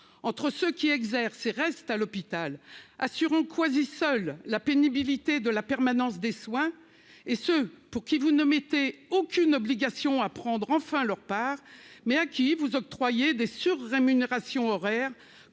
entre ceux qui exercent et restent à l'hôpital, assurant quasiment seuls la pénibilité de la permanence des soins, et ceux à qui vous n'imposez aucune obligation de prendre enfin leur part, tout en leur octroyant des surrémunérations horaires,